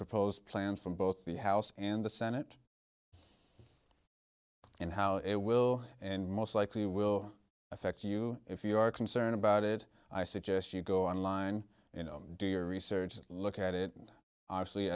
proposed plan from both the house and the senate and how it will and most likely will affect you if you are concerned about it i suggest you go online you know do your research and look at it obviously